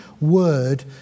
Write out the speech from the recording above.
word